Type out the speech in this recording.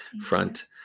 front